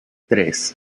tres